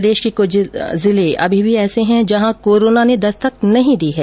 प्रदेश के कुछ जिले अभी भी ऐसे है जहां कोरोना ने दस्तक नहीं दी है